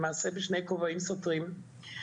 למעשה בשני כובעים סותרים,